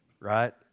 Right